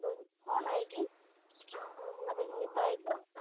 ᱟᱫᱚᱧ ᱯᱷᱳᱱ ᱟᱭᱜᱮ ᱟᱫᱚᱧ ᱢᱮᱛᱟᱭ ᱜᱮ